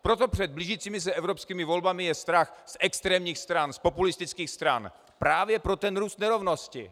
Proto před blížícími se evropskými volbami je strach z extrémních stran, z populistických stran, právě pro ten růst nerovnost.